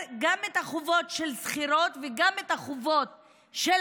גם את החובות של שכירות וגם את החובות של